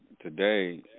today